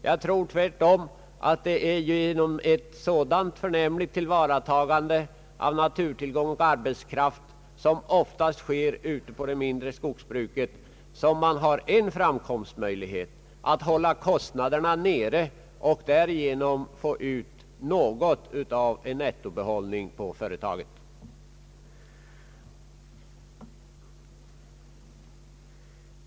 Jag tror tvärtom att man genom ett sådant förnämligt tillvaratagande av naturtillgång och arbetskraft som oftast sker ute på de mindre skogsbruken har en framkomstmöjlighet att hålla kostnaderna nere och därigenom få ut en nettobehållning på verksamheten.